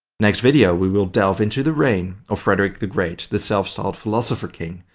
next video we will delve into the reign of frederick the great, the self-styled philosopher king,